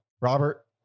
Robert